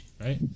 right